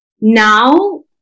Now